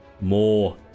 more